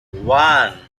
one